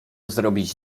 zrobić